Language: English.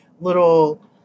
little